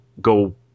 go